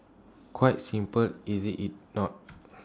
quite simple is IT it not